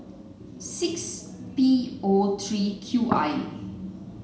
six P O three Q I